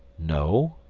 no,